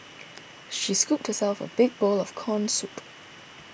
she scooped herself a big bowl of Corn Soup